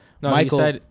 Michael